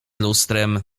lustrem